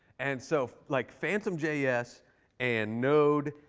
and so like phantom js and node,